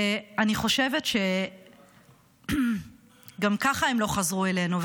ואני חושבת שגם ככה הם לא חזרו אלינו,